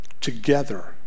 together